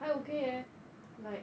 还 okay eh like